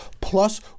plus